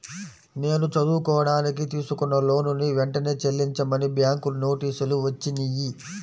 నేను చదువుకోడానికి తీసుకున్న లోనుని వెంటనే చెల్లించమని బ్యాంకు నోటీసులు వచ్చినియ్యి